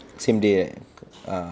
same day right ah